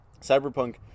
Cyberpunk